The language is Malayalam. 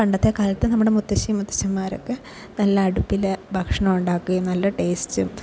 പണ്ടത്തെക്കാലത്ത് നമ്മുടെ മുത്തശ്ശി മുത്തശ്ശന്മാരൊക്കെ നല്ല അടുപ്പിൽ ഭക്ഷണമുണ്ടാക്കുകയും നല്ല ടേസ്റ്റും